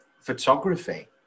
photography